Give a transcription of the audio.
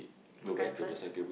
makan first